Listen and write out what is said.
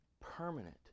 permanent